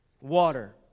water